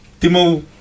Timo